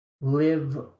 live